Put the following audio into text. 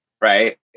right